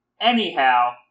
Anyhow